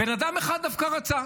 בן אדם אחד דווקא רצה: